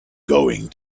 going